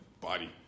body